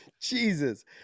Jesus